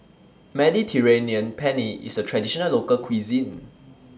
Mediterranean Penne IS A Traditional Local Cuisine